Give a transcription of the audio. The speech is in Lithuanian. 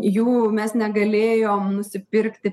jų mes negalėjom nusipirkti